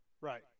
Right